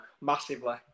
massively